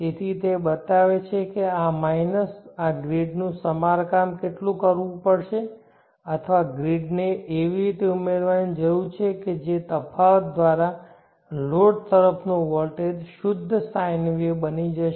તેથી તે બતાવે છે કે આ માઇનસ આ ગ્રીડનું સમારકામ કેટલું કરવું પડશે અથવા ગ્રીડને એવી રીતે ઉમેરવાની જરૂર છે કે જે તફાવત દ્વારા લોડ તરફનો વોલ્ટેજ શુદ્ધ sine વેવ બની જશે